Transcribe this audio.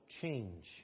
change